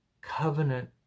covenant